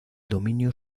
dominio